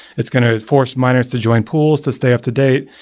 it's going to force miners to join pools to stay up-to-date.